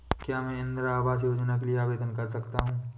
क्या मैं इंदिरा आवास योजना के लिए आवेदन कर सकता हूँ?